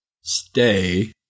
stay